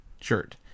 shirt